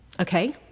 Okay